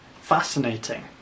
fascinating